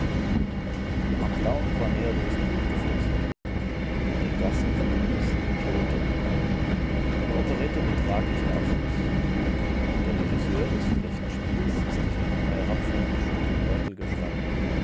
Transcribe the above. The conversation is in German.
am blauen quarnero ist blut geflossen in den gassen fiumes liegen tote eine operette mit tragischem abschluß und der regisseur des schlechten spiels ist durch ein paar herabfallende stücke mörtel geschrammt